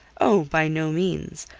oh, by no means.